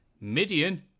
Midian